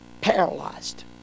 paralyzed